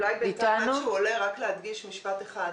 אולי בינתיים עד שהוא עולה רק להדגיש משפט אחד.